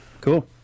Cool